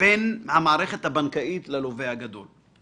בין המערכת הבנקאית ללווה הגדול: